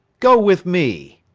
go with me.